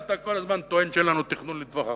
אתה כל הזמן טוען שאין לנו תכנון לטווח ארוך,